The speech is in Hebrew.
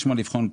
יש מה לבחון פה.